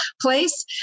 place